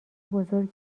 بزرگ